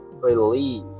believe